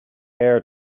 air